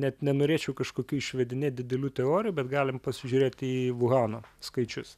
net nenorėčiau kažkokių išvedinėt didelių teorijų bet galim pasižiūrėt į vuhaną skaičius